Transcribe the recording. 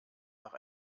nach